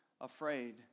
afraid